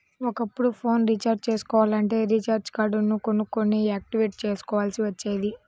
ఒకప్పుడు phone recharge చేసుకోవాలంటే recharge కార్డులు కొనుక్కొని యాక్టివేట్ చేసుకోవాల్సి వచ్చేది